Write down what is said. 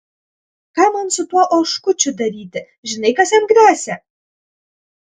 ką man su tuo oškučiu daryti žinai kas jam gresia